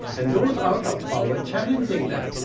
and those out of power challenging that.